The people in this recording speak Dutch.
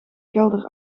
kelder